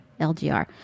LGR